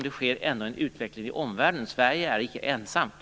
Det sker ju ändå en utveckling i omvärlden. Sverige är inte ensamt.